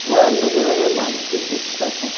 गोंयांत वेगळेवेगळे म्हायती क्षेत्र आसात